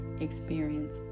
experience